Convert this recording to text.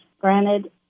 Granted